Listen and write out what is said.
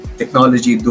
technology